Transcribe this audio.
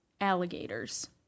alligators